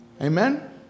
Amen